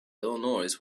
illinois